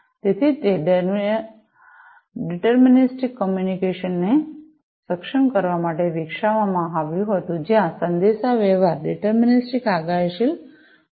તેથી તે ડિટર્મિનીસ્ટીક કમ્યુનિકેશનને સક્ષમ કરવા માટે વિકસાવવામાં આવ્યું હતું જ્યાં સંદેશાવ્યવહાર ડિટર્મિનીસ્ટીક આગાહીશીલ બનશે